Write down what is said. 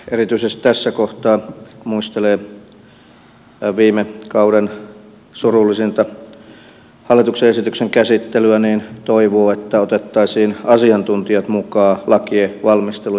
erityisesti tässä kohtaa kun muistelee viime kauden surullisinta hallituksen esityksen käsittelyä toivoo että otettaisiin asiantuntijat mukaan lakien valmisteluun